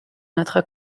notre